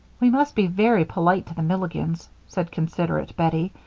we must be very polite to the milligans, said considerate bettie,